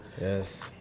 Yes